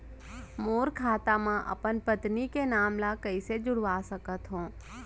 मोर खाता म अपन पत्नी के नाम ल कैसे जुड़वा सकत हो?